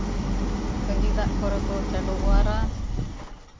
ᱠᱟᱹᱡᱤ ᱫᱟᱜ ᱠᱚᱨᱮ ᱠᱚ ᱪᱟᱰᱚ ᱚᱣᱟᱨᱟ